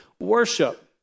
worship